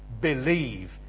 believe